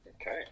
Okay